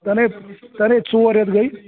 تَنے تَنے ژور رٮ۪تھ گٔے